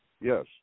Yes